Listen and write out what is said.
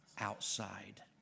Outside